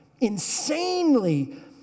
insanely